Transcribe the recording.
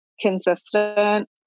consistent